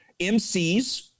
MCs